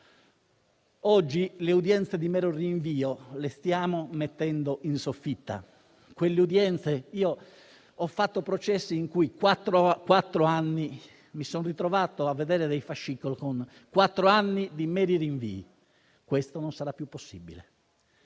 Oggi le udienze di mero rinvio le stiamo mettendo in soffitta. Ho seguito processi in cui mi sono ritrovato a vedere fascicoli con quattro anni di meri rinvii. Ciò non sarà più possibile